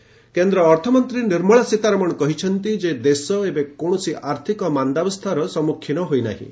ସୀତାରମଣ କେନ୍ଦ୍ର ଅର୍ଥମନ୍ତ୍ରୀ ନିର୍ମଳା ସୀତାରମଣ କହିଛନ୍ତି ଯେ ଦେଶ ଏବେ କୌଣସି ଆର୍ଥିକ ମାନ୍ଦାବସ୍ଥାର ସମ୍ମୁଖୀନ ହୋଇନାହିଁ